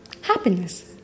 Happiness